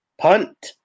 Punt